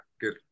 good